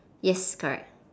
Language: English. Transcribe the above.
yes correct